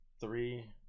Three